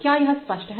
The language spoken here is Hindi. क्या यह स्पष्ट है